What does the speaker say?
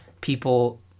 people